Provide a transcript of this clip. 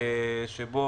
שבו